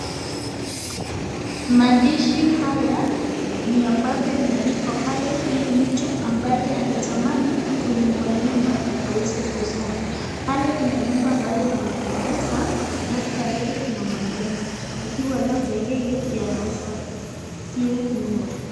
Maandishi haya ni ambavyo imeandikwa pale ili mtu ambaye angetamani kununua nyumba aweze kuisoma. Pale kuna nyumba ambayo imeipendeza halafu kando kuna mwanaume akiwa labda yeye anauza hiyo nyumba.